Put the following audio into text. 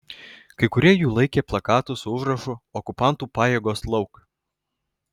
kai kurie jų laikė plakatus su užrašu okupantų pajėgos lauk